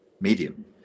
medium